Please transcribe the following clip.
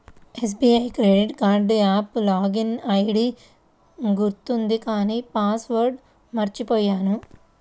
SBI credit card app login ID గుర్తుంది కానీ password మర్చిపొయ్యాను